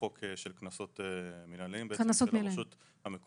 חוק של קנסות מנהליים ברשות המקומית.